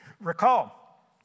Recall